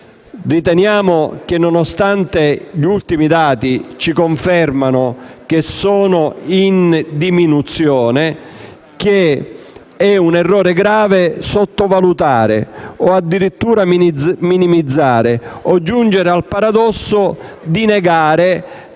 Riteniamo che, nonostante gli ultimi dati ci confermino che tali reati siano in diminuzione, sia un errore grave sottovalutare o addirittura minimizzare o giungere al paradosso di negare